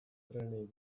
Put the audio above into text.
trenei